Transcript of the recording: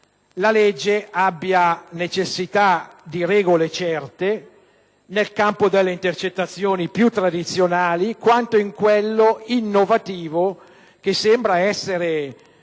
la legge abbia necessità di regole certe, tanto nel campo delle intercettazioni più tradizionali quanto di quelle innovative, che sembrano essere